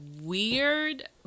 weird